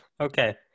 Okay